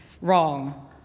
Wrong